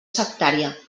sectària